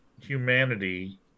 humanity